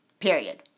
period